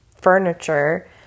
furniture